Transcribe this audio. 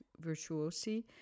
virtuosi